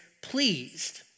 pleased